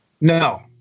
No